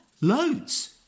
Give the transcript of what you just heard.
loads